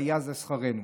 והיה זה שכרנו.